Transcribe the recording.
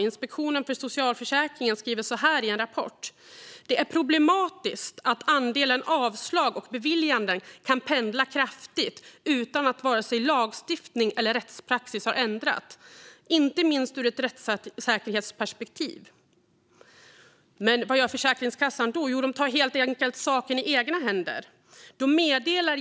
Inspektionen för socialförsäkringen skriver i en rapport: "Men det är problematiskt att andelen avslag och beviljanden kan pendla kraftigt utan att vare sig lagstiftning eller rättspraxis har ändrats, inte minst ur ett rättssäkerhetsperspektiv." Men vad gör Försäkringskassan då? Jo, man tar saken i egna händer.